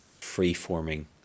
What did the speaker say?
free-forming